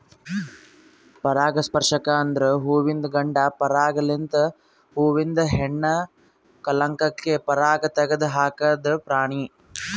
ಪರಾಗಸ್ಪರ್ಶಕ ಅಂದುರ್ ಹುವಿಂದು ಗಂಡ ಪರಾಗ ಲಿಂತ್ ಹೂವಿಂದ ಹೆಣ್ಣ ಕಲಂಕಕ್ಕೆ ಪರಾಗ ತೆಗದ್ ಹಾಕದ್ ಪ್ರಾಣಿ